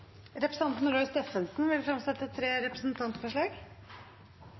Representanten Roy Steffensen vil fremsette tre representantforslag.